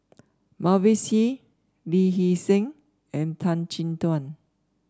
Mavis Hee Lee Hee Seng and Tan Chin Tuan